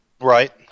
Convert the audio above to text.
right